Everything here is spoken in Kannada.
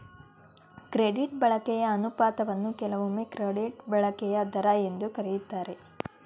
ಕ್ರೆಡಿಟ್ ಬಳಕೆಯ ಅನುಪಾತವನ್ನ ಕೆಲವೊಮ್ಮೆ ಕ್ರೆಡಿಟ್ ಬಳಕೆಯ ದರ ಎಂದು ಕರೆಯುತ್ತಾರೆ